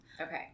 Okay